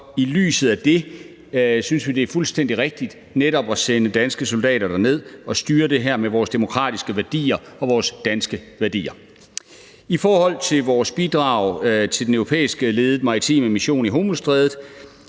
vi fra vores side, at det er fuldstændig rigtigt netop at sende danske soldater derned og styre det her med vores demokratiske værdier og vores danske værdier. I forhold til vores bidrag til den europæisk ledede maritime mission i Hormuzstrædet